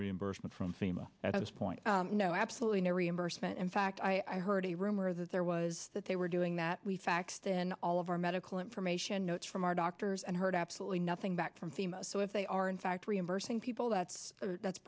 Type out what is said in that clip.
reimbursement from thema at this point no absolutely no reimbursement in fact i heard a rumor that there was that they were doing that we faxed in all of our medical information notes from our doctors and heard absolutely nothing back from fema so if they are in fact reimbursing people that's